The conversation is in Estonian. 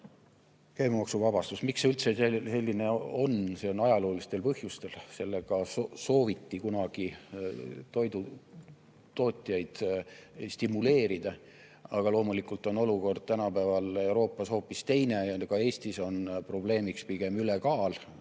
Käibemaksuvabastus, miks see üldse selline on? See on ajaloolistel põhjustel, sellega sooviti kunagi toidutootjaid stimuleerida. Aga loomulikult on olukord tänapäeval Euroopas hoopis teine ja ka Eestis on probleemiks pigem ülekaal,